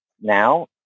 now